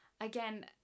Again